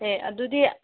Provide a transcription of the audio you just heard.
ꯑꯦ ꯑꯗꯨꯗꯤ